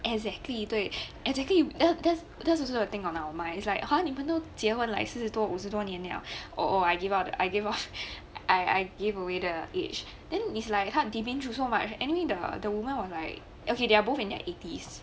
exactly 对 exactly eh because because theres also the thing on our minds is like !huh! 你们都结婚了现在都五十多年了 oh I give up I gave up I gave away the age then is like 他 giving through so much anyway the woman the woman was like okay they are both in their eighties